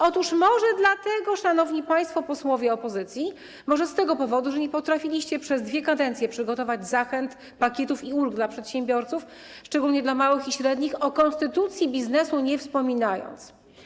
Otóż może dlatego, szanowni państwo posłowie opozycji, może z tego powodu, że nie potrafiliście przez dwie kadencje przygotować zachęt, pakietów i ulg dla przedsiębiorców, szczególnie dla małych i średnich, o konstytucji biznesu nie wspominając.